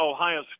Ohio